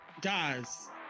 Guys